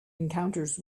encounters